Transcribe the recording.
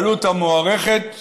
העלות המוערכת